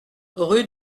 rue